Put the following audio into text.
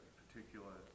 particular